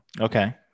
okay